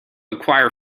acquire